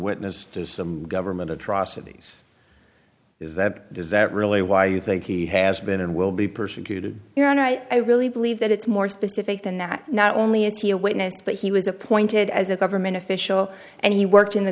witness to some government atrocities is that does that really why you think he has been and will be persecuted your honor i i really believe that it's more specific than that not only is he a witness but he was appointed as a government official and he worked in the